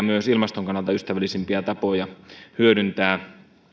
myös ilmaston kannalta ystävällisimpiä tapoja hyödyntää